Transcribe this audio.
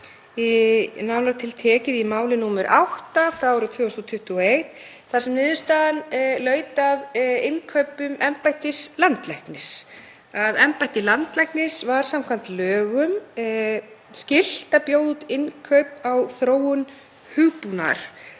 nánar tiltekið í máli nr. 8/2021, þar sem niðurstaðan laut að innkaupum embættis landlæknis. Embætti landlæknis var samkvæmt lögum skylt að bjóða út innkaup á þróun hugbúnaðar,